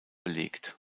belegt